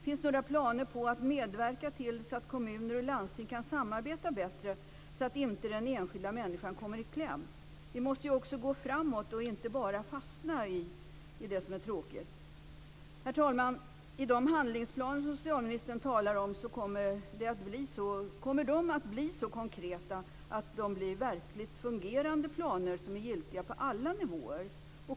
Finns det några planer på att medverka till att kommuner och landsting kan samarbeta bättre så att inte den enskilda människan kommer i kläm? Vi måste också gå framåt och inte bara fastna i det som är tråkigt. Herr talman! De handlingsplaner som socialministern talar om, kommer de att bli så konkreta att de blir verkligt fungerande planer som är giltiga på alla nivåer?